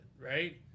right